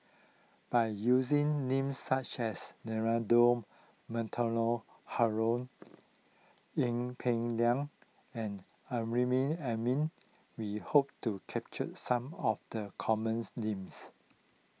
by using names such as Leonard Montague Harrod in Peng Liang and Amrin Amin we hope to capture some of the common names